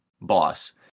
boss